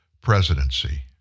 presidency